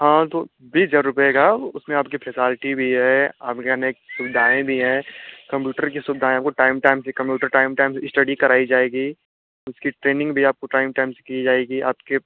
हाँ तो बीस हज़ार रुपये का उसमें आपके फेकाल्टी भी है आपके कहने की सुबिधाएं भी हैं कंप्युटर की सुबधाएं आपको टाइम टाइम से कंप्युटर टाइम टाइम से इसटडी कराई जाएगी उसकी ट्रेनिंग भी आपको टाइम टाइम से की जाएगी आपके